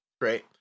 Great